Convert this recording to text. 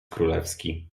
królewski